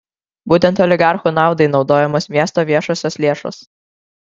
būtent oligarchų naudai naudojamos miesto viešosios lėšos